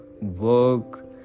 work